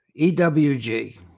EWG